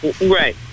right